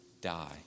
die